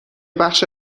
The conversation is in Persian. بخش